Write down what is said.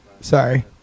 Sorry